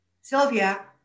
Sylvia